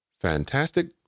Fantastic